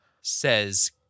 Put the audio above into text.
says